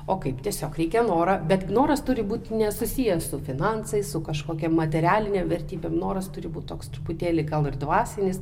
o kaip tiesiog reikia noro bet noras turi būti nesusijęs su finansais su kažkokia materialinėm vertybėm noras turi būt toks truputėlį gal ir dvasinis